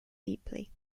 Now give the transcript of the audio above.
deeply